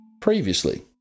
previously